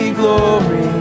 glory